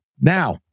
Now